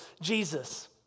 Jesus